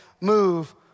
move